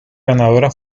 ganadora